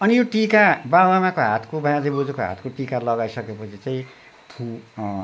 अनि यो टिका बाबुआमाको हातको बाजेबोजुको हातको टिका लगाइसकेपछि चाहिँ फु